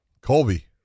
Colby